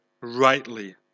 rightly